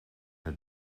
het